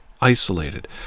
isolated